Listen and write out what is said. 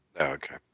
Okay